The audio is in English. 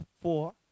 four